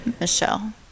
Michelle